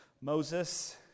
Moses